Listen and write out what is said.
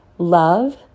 love